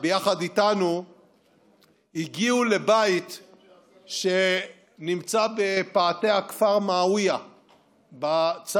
יחד איתנו הגיעו לבית שנמצא בפאתי הכפר מועאוויה בצד